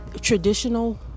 traditional